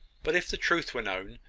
but if the truth were known,